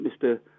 Mr